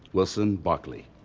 wilson barclay.